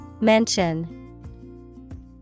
Mention